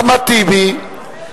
אחמד טיבי,